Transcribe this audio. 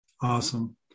Awesome